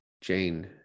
jane